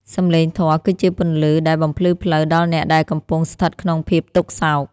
សំឡេងធម៌គឺជាពន្លឺដែលបំភ្លឺផ្លូវដល់អ្នកដែលកំពុងស្ថិតក្នុងភាពទុក្ខសោក។